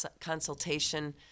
consultation